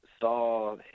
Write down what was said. saw